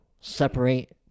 separate